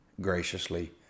graciously